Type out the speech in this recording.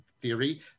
theory